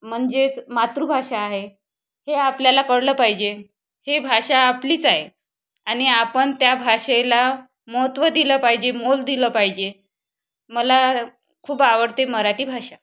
म्हणजेच मातृभाषा आहे हे आपल्याला कळलं पाहिजे हे भाषा आपलीच आहे आणि आपण त्या भाषेला महत्त्व दिलं पाहिजे मोल दिलं पाहिजे मला खूप आवडते मराठी भाषा